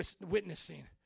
witnessing